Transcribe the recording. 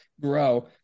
grow